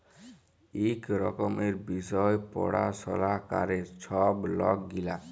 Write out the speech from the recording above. ইক রকমের বিষয় পাড়াশলা ক্যরে ছব লক গিলা